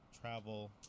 travel